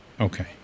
Okay